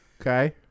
Okay